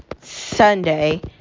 Sunday